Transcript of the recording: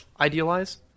Idealize